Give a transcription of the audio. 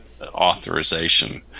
authorization